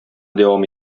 дәвам